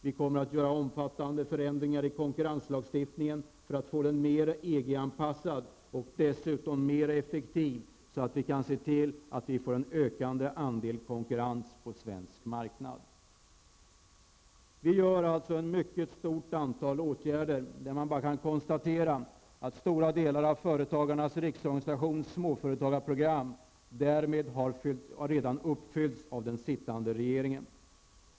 Vi kommer att göra omfattande förändringar i konkurrenslagstiftningen för att få den mer EG-anpassad och dessutom mer effektiv så att vi får en ökande andel konkurrens på svensk marknad. Vi gör alltså ett stort antal åtgärder. Man kan bara konstatera att stora delar av Företagarnas riksorganisations småföretagarprogram därmed redan har uppfyllts av den sittande regeringen.